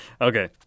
Okay